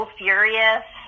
furious